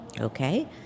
Okay